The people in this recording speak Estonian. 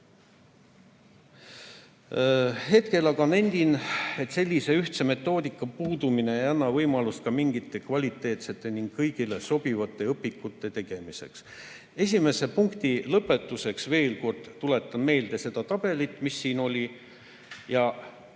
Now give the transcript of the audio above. Hetkel aga nendin, et sellise ühtse metoodika puudumine ei anna võimalust mingite kvaliteetsete ning kõigile sobivate õpikute tegemiseks. Esimese punkti lõpetuseks tuletan veel kord meelde seda tabelit, mis siin oli.